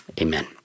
Amen